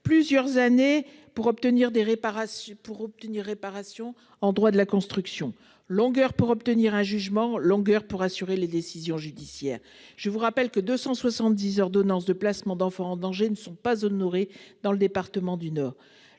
des réparations pour obtenir réparation en droit de la construction longueur pour obtenir un jugement longueur pour assurer les décisions judiciaires. Je vous rappelle que 270 ordonnance de placement d'enfants en danger ne sont pas honorés dans le département du Nord.